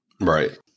right